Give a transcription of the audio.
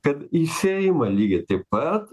kad į seimą lygiai taip pat